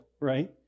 right